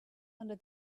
under